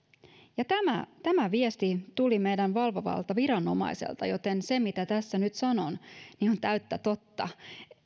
tämä tämä viesti tuli meidän valvovalta viranomaiselta joten se mitä tässä nyt sanon on täyttä totta